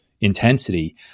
intensity